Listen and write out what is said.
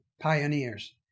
pioneers